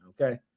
Okay